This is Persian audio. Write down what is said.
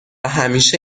همیشه